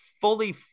fully